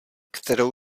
kterou